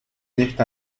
esta